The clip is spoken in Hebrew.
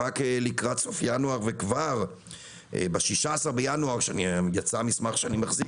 אנחנו רק לקראת סוף ינואר וכבר ב-16 בינואר כשיצא המסמך שאני מחזיק,